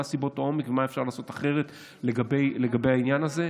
מה סיבות העומק ומה אפשר לעשות אחרת לגבי העניין הזה,